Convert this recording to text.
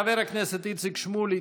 חבר הכנסת איציק שמולי,